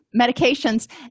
medications